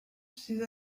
ces